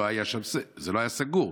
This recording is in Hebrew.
זה לא היה סגור.